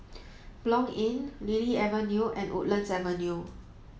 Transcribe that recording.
Blanc Inn Lily Avenue and Woodlands Avenue